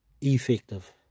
effective